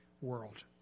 world